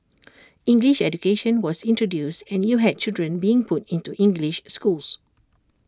English education was introduced and you had children being put into English schools